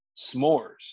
s'mores